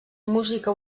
música